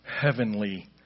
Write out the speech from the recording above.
heavenly